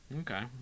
Okay